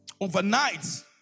overnight